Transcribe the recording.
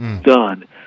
done